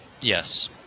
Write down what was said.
Yes